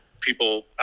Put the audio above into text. people